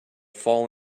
fall